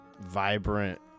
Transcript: vibrant